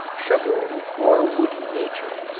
sugary or woody nature,